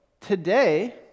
today